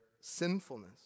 sinfulness